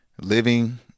living